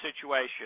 situation